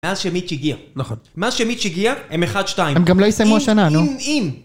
מאז שמיצ' הגיע. נכון. מאז שמיצ' הגיע הם אחד שתיים. הם גם לא יסיימו השנה. אם, אם, אם